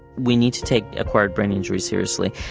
we need to take acquired brain injury seriously,